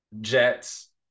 Jets